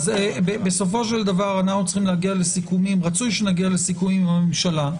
בסופו של דבר רצוי שנגיע לסיכומים עם הממשלה.